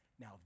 now